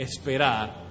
esperar